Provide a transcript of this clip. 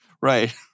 Right